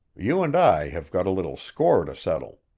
you and i have got a little score to settle.